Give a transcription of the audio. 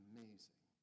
Amazing